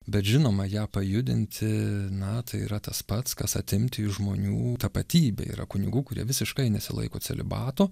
bet žinoma ją pajudinti na tai yra tas pats kas atimti iš žmonių tapatybę yra kunigų kurie visiškai nesilaiko celibato